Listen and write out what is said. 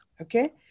Okay